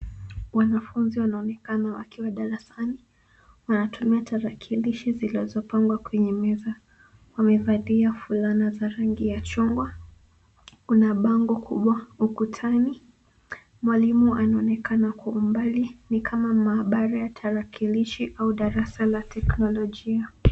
Wanafunzi wanaonekana wakiwa darasani, wanatumia tarakilishi zilizopangwa kwenye meza. Wamevalia fulana za rangi ya chungwa. Kuna bango kubwa ukutani. Mwalimu anaonekana kwa umbali, ni kama maabara ya tarakilishi au darasa la teknolojia.